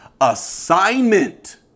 assignment